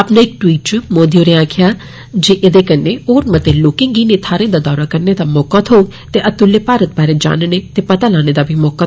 अपने इक टविट इच मोदी होरें आक्खेया ऐदे कन्नै होर मते लोकें गी इनें थ्हारें दा दौरा करने दा मौका थ्होग ते अतुल्य भारत बारै जानने ते पता लाने दा मौका बी